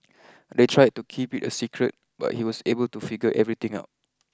they tried to keep it a secret but he was able to figure everything out